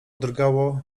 drgało